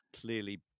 clearly